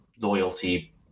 loyalty